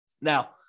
Now